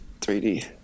3d